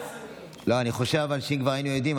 אבל אני חושב שאם כבר היינו יודעים,